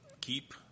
Keep